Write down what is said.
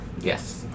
Yes